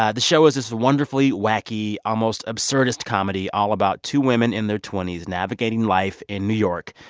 ah the show is this wonderfully wacky, almost absurdist comedy all about two women in their twenty s navigating life in new york.